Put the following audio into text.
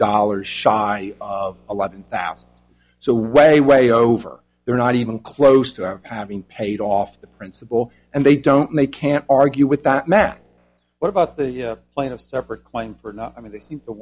dollars shy of eleven thousand so way way over they're not even close to having paid off the principal and they don't they can't argue with that man what about the plaintiff separate claim or not i mean they seem to